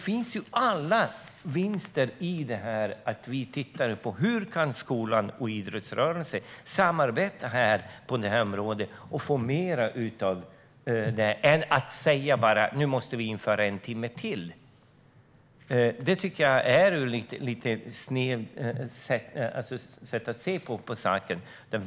Vi har allt att vinna på att titta på hur skola och idrottsrörelse kan samarbeta på detta område. Att bara säga att vi måste införa en idrottstimme till är ett lite snett sätt att se på saken.